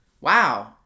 wow